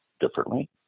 differently